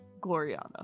Gloriana